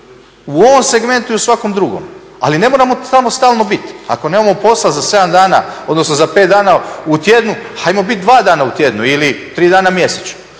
u ovom segmentu i u svakom drugom, ali ne moramo tamo stalno biti. Ako nemamo posla za 7 dana, odnosno za 5 dana u tjednu, ajmo biti 2 dana u tjednu ili 3 dana mjesečno.